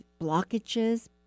blockages